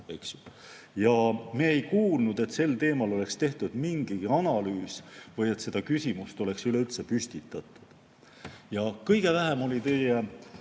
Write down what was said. Me ei kuulnud, et sel teemal oleks tehtud mingigi analüüs või et seda küsimust oleks üleüldse püstitatud. Ja kõige vähem oli teie